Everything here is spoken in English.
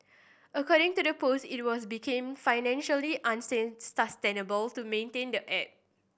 according to the post it was become financially to maintain the app